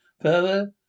further